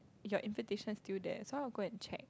your invitation still there so I'll go and check